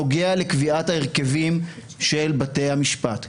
הדיון הציבורי שמתנהל עכשיו הוא חשוב.